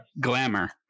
Glamour